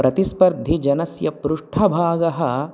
प्रतिस्पर्धीजनस्य पृष्ठभागः